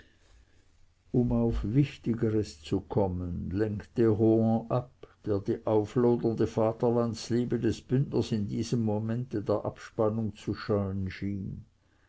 um auf wichtigeres zu kommen lenkte rohan ab der die auflodernde vaterlandsliebe des bündners in diesem momente der abspannung zu scheuen schien